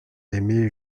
aimée